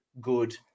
good